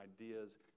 ideas